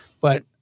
But-